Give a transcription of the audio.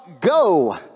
go